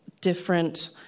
different